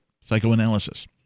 psychoanalysis